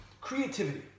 Creativity